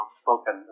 spoken